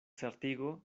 certigo